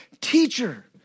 teacher